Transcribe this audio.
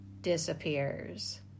disappears